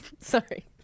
Sorry